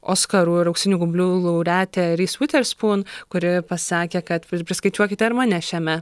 oskarų ar auksinių gaublių laureatė rys viterspun kuri pasakė kad priskaičiuokite ar mane šiame